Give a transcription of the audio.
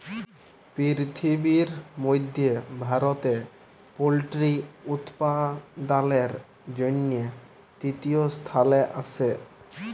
পিরথিবির মধ্যে ভারতে পল্ট্রি উপাদালের জনহে তৃতীয় স্থালে আসে